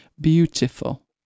beautiful